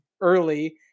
early